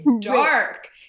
dark